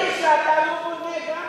אבל, שאתה לא בונה גם כן.